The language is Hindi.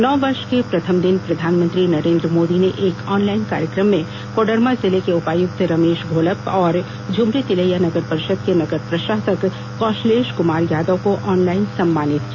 नववर्ष के प्रथम दिन प्रधानमंत्री नरेंद्र मोदी ने एक ऑनलाइन कार्यक्रम में कोडरमा जिले के उपायुक्त रमेश घोलप और झुमरी तिलैया नगर परिषद के नगर प्रशासक कौशलेश कुमार यादव को ऑनलाइन सम्मानित किया